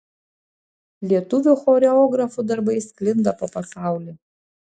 lietuvių choreografų darbai sklinda po pasaulį